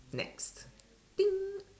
next thing